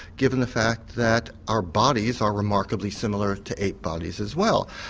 given the fact that our bodies are remarkably similar to ape bodies as well.